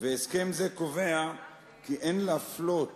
והסכם זה קובע כי אין להפלות